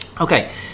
Okay